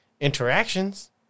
interactions